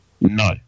No